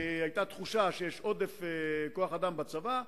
היתה תחושה שיש עודף כוח-אדם בצבא,